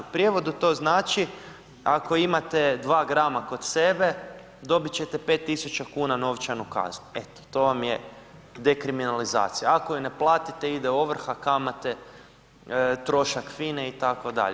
U prijevodu to znači, ako imate 2 grama kod sebe dobit ćete 5.000 kuna novčanu kaznu, eto to vam je dekriminalizacija, ako ju ne platite ide ovrha, kamate, trošak FINE itd.